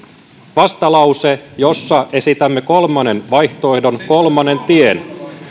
vastalause jossa esitämme kolmannen vaihtoehdon kolmannen tien